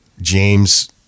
James